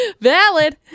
Valid